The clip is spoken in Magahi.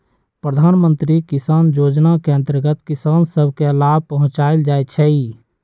प्रधानमंत्री किसान जोजना के अंतर्गत किसान सभ के लाभ पहुंचाएल जाइ छइ